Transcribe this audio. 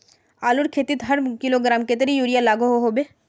आलूर खेतीत हर किलोग्राम कतेरी यूरिया लागोहो होबे?